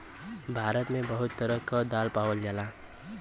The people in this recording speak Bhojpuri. भारत मे बहुते तरह क दाल पावल जाला